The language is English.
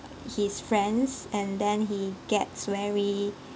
his friends and then he gets very